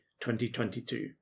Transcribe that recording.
2022